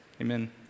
Amen